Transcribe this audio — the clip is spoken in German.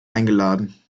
eingeladen